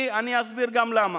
אני אסביר גם למה.